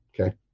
okay